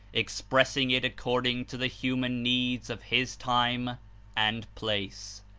expressing it according to the human needs of his time and place.